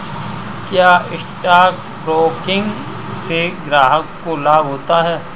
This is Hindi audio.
क्या स्टॉक ब्रोकिंग से ग्राहक को लाभ होता है?